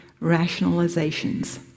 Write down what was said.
rationalizations